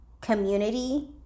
community